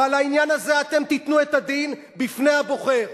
ועל העניין הזה אתם תיתנו את הדין בפני הבוחר.